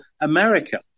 America